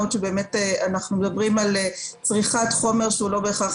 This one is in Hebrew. אנחנו מדברים על צריכת חומר שהוא לא בהכרח